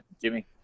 Jimmy